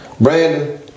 Brandon